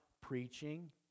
preaching